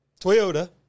Toyota